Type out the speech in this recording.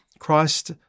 Christ